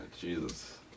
Jesus